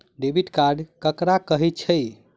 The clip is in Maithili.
डेबिट कार्ड ककरा कहै छै?